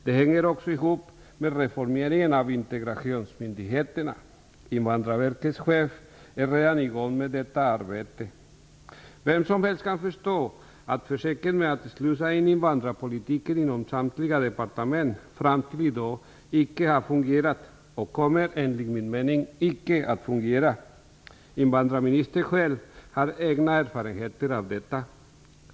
Det hänger också ihop med reformeringen av integrationsmyndigheterna. Invandrarverkets chef är redan i gång med detta arbete. Vem som helst kan förstå att försöket med att slussa in invandrarpolitiken inom samtliga departement fram till i dag icke har fungerat - och kommer, enligt min mening, icke att fungera. Invandrarministern har egna erfarenheter av detta.